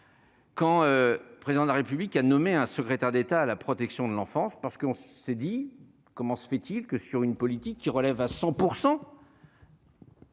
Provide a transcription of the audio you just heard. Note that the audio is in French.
quand le Président de la République a nommé un secrétaire d'État à la protection de l'enfance : comment se fait-il que, sur une politique qui relève à 100 %